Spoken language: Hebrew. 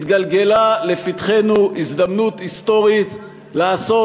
התגלגלה לפתחנו הזדמנות היסטורית לעשות